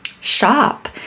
shop